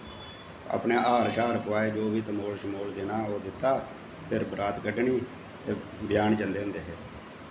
अपनै हार शार पोआए जो बी तमोल शमोल देना ओह् दित्ता फिर बरात कड्ढनी ते ब्यहान जंदे होंदे हे